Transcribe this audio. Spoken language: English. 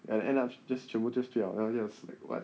and end up just 全部都不要 then I was just like what